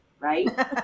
Right